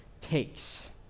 takes